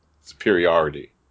superiority